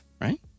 right